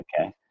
okay